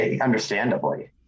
understandably